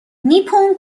نیپون